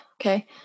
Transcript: okay